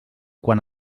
quan